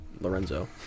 Lorenzo